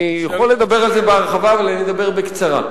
אני יכול לדבר על זה בהרחבה, אבל אני אדבר בקצרה.